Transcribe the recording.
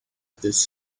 this